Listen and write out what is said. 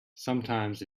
sometimes